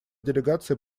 делегации